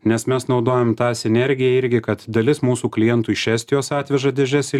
nes mes naudojam tą sinergiją irgi kad dalis mūsų klientų iš estijos atveža dėžes į